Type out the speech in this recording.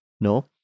No